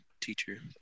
teacher